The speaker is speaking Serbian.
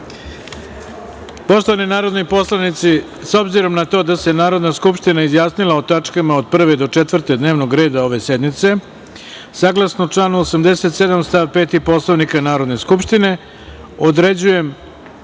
Hvala. Poštovani narodni poslanici, s obzirom na to da se Narodna skupština izjasnila o tačkama od 1. do 4. dnevnog reda ove sednice, saglasno članu 87. stav 5. Poslovnika Narodne skupštine, određujem